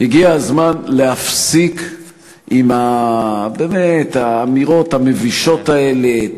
הגיע הזמן להפסיק עם האמירות המבישות האלה: